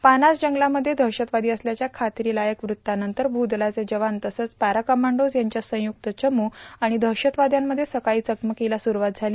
पानास जंगलामध्ये दहशतवादी असल्याच्या खात्रीकारक वृत्तानंतर भूदलाचे जवान तसंच पॅराकमांडोज यांच्या संयुक्त चमू आणि दहशतवाद्यांमध्ये सकाळी चकमकीला सुरूवात झाली